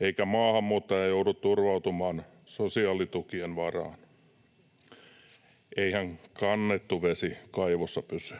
eikä maahanmuuttaja joudu turvautumaan sosiaalitukien varaan. Eihän kannettu vesi kaivossa pysy.